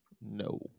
no